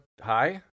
Hi